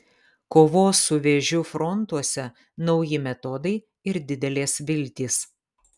kovos su vėžiu frontuose nauji metodai ir didelės viltys